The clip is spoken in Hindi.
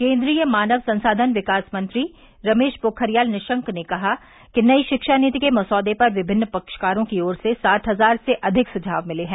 केन्द्रीय मानव संसाधन विकास मंत्री रमेश पोखरियाल निशंक ने कहा कि नई शिक्षा नीति के मसौदे पर विभिन्न पक्षकारों की ओर से साठ हजार से अधिक सुझाव मिले हैं